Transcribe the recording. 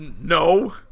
no